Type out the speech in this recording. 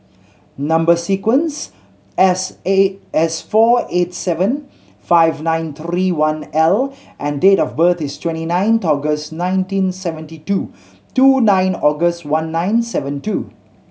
number sequence S eight S four eight seven five nine three one L and date of birth is twenty nine August nineteen seventy two two nine August one nine seven two